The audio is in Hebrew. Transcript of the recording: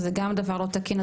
שזה גם דבר לא תקין,